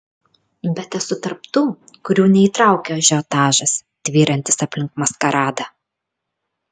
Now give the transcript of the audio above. bet esu tarp tų kurių neįtraukia ažiotažas tvyrantis aplink maskaradą